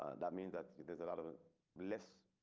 ah that means that there's a lot of ah less